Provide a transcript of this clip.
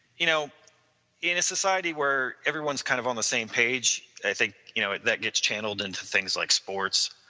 you know in a society where everyone is kind of on the same page, i think you know that gets channeled into things like sports